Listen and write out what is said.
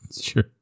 Sure